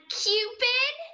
cupid